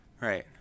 Right